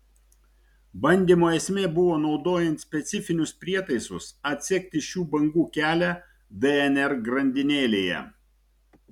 bandymo esmė buvo naudojant specifinius prietaisus atsekti šių bangų kelią dnr grandinėlėje